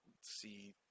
see